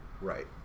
right